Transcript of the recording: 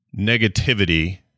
negativity